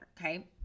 Okay